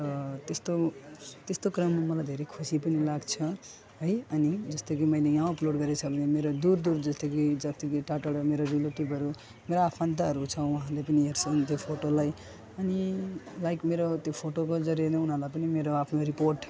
त त्यस्तो त्यस्तो क्रममा मलाई धेरै खुसी पनि लाग्छ है अनि जस्तो कि मैले यहाँ अपलोड गरेको छ भने मेरो दुर दुर जस्तो कि जत्तिकै टाढटाढो मेरो रिलेटिभहरू मेरो आफन्तहरू छ उहाँले पनि हेर्छन् त्यो फोटोलाई अनि लाइक मेरो त्यो फोटोको जरिया नै उनीहरूलाई पनि मेरो आफ्नो रिपोर्ट